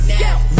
now